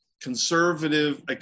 conservative